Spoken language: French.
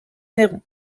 néron